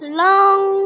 long